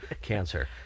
cancer